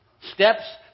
Steps